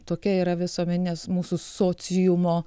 tokia yra visuomenės mūsų sociumo